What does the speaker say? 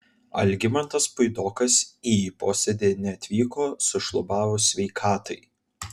algimantas puidokas į posėdį neatvyko sušlubavus sveikatai